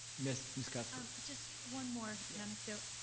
miss miss cuthbert. just one more anecdote.